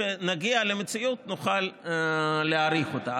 אבל כשנגיע למציאות הזאת נוכל להעריך אותה.